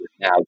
now